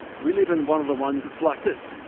we live in one of the ones that's like this,